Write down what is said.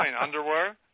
Underwear